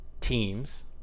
teams